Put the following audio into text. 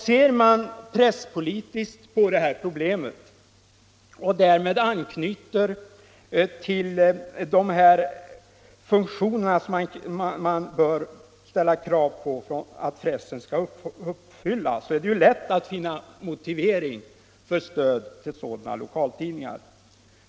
Ser man presspolitiskt på det här problemet, och därmed anknyter till de funktioner som man bör ställa krav på att pressen skall fylla, är det lätt att finna motivering för stöd till sådana lokaltidningar.